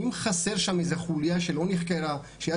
אם חסר שם איזה חוליה שלא נחקרה שהיה